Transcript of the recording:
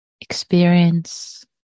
experience